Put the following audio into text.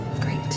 Great